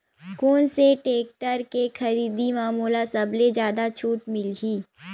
कोन से टेक्टर के खरीदी म मोला सबले जादा छुट मिलही?